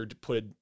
put